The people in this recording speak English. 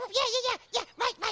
yeah. yeah, yeah, yeah like like